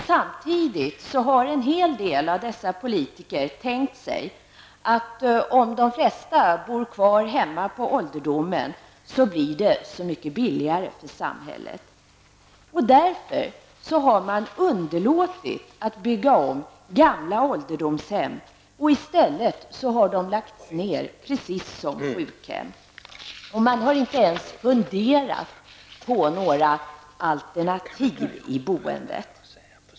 Samtidigt har en hel del av dessa politiker tänkt sig att det blir så mycket billigare för samhället om de flesta bor kvar hemma på sin ålderdom. Därför har man underlåtit att bygga om gamla ålderdomshem. I stället har de lagts ned precis som sjukhemmen. Man har inte ens funderat på några alternativ i boendet.